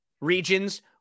regions